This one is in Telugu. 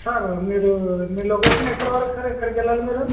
సార్ మీరు మీ లొకేషన్ ఎక్కడి వరకు సార్ ఎక్కడికి వెళ్ళాలి మీరు